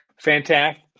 Fantastic